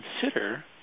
consider